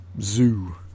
zoo